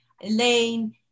Elaine